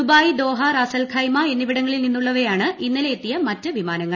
Dubai Doha Ras Al Khaimah എന്നിവിടങ്ങളിൽ നിന്നുള്ളവയാണ് ഇന്നലെ എത്തിയ മറ്റ് വിമാന്ങ്ങൾ